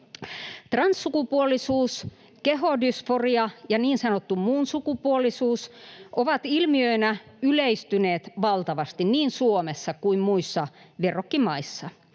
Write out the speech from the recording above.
Transsukupuolisuus, kehodysforia ja niin sanottu muunsukupuolisuus ovat ilmiöinä yleistyneet valtavasti niin Suomessa kuin muissa verrokkimaissa.